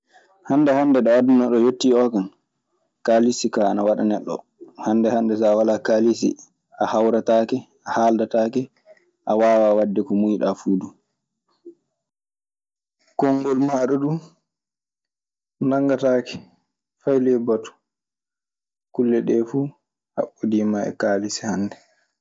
Hannde hannde ɗo aduna oo yettii ɗoo kaa kaalisi kaa ana waɗa neɗɗo. Hannde hannde so a walaa kaalisi, a hawretaake, a haaldetaake, a waawaa waɗde ko muuyɗaa fuu du. Kongol maaɗa duu nanngataake fay ley batu. Kulle ɗee fuu haɓɓodiima e kaalis hannde.